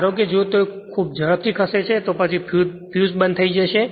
ધારો કે જો તે ખૂબ ઝડપથી ખસે છે તો પછી ફ્યુઝ બંધ થઈ જશે